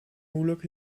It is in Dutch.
moeilijk